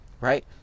Right